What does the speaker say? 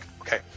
okay